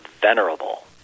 venerable